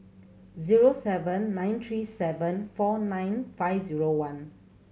zero seven nine three four nine five zero one